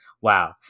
Wow